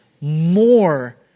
more